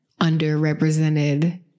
underrepresented